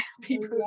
people